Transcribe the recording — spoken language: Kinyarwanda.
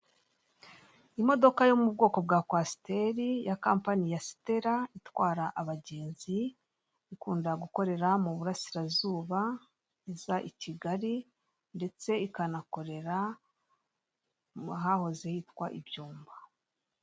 Imodoka yo mu bwoko bwa kwasiteri ya kampani ya sitela, itwara abagenzi ikunda gukorera mu burasirazuba iza i Kigali, ndetse ikanakorera mu hahoze hitwa i Byumba.